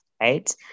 right